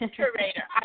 curator